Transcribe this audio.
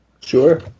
Sure